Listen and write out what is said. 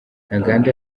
ntaganda